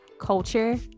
culture